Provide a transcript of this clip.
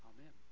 Amen